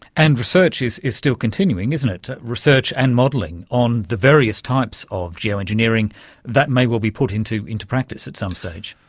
and research is is still continuing, isn't it, research and modelling on the various types of geo-engineering that may well be put into into practice at some stage.